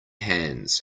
hands